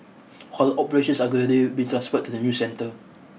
whole operations are gradually being transferred to the new centre